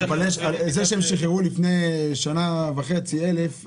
שהם שחררו לפני שנה וחצי אלף אסירים,